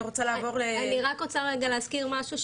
אני רק רוצה רגע להזכיר משהו,